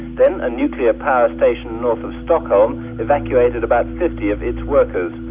then a nuclear power station north of stockholm evacuated about fifty of its workers.